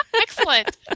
Excellent